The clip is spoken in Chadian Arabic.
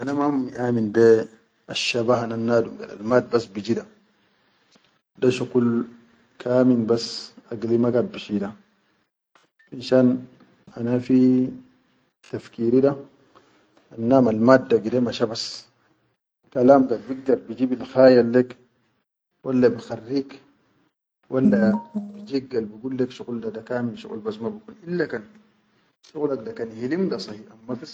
Ana ma mi amin be asshaba hanal nadum da al mat be biji da, da shuqul kamil bas agili ma gaid bi shila, finshan ana fi tafkiri da annam al mat gide masha bas, kallam da gal bikdar biji bil hayak lek walla bi harrik walla bijik bi gol lek shuqul da kamil shuqul da ma bikun ille kan shuqulak da kan hilim da sahi.